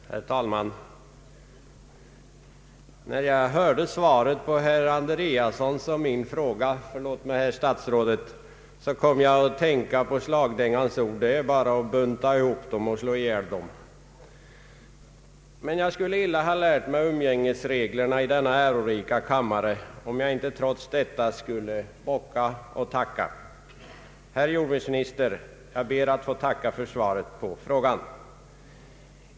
Herr talman! När jag hörde svaret på herr Andreassons och min fråga — förlåt mig, herr statsrådet — kom jag att tänka på slagdängans ord: ”Det är bara att bunta ihop dom och slå ihjäl dom"” Men jag skulle illa ha lärt mig umgängesreglerna i denna ärorika kammare, om jag icke trots detta skulle bocka och tacka. Herr jordbruksminister, jag ber att få tacka för svaret på interpellationen!